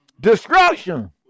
Destruction